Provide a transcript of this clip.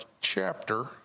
chapter